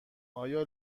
آیا